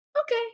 okay